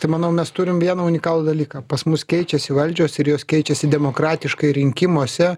tai manau mes turim vieną unikalų dalyką pas mus keičiasi valdžios ir jos keičiasi demokratiškai rinkimuose